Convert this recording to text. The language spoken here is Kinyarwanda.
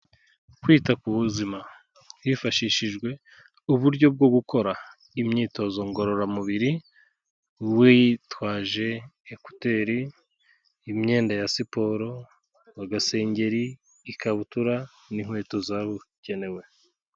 Kwita ku buzima hifashishijwe uburyo bwo gukora imyitozo ngororamubiri, witwaje ekuteri, imyenda ya siporo, agasengeri, ikabutura, n'inkweto zabugenewe.